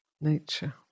nature